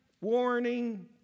warning